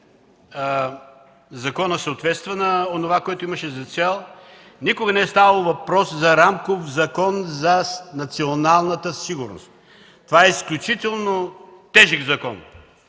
законът съответства на това, което имаше за цел. Никога не е ставало въпрос за рамков Закон за националната сигурност. Това е изключително тежък закон,